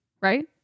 right